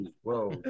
whoa